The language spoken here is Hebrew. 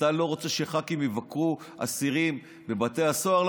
אתה לא רוצה שח"כים יבקרו אסירים בבתי הסוהר.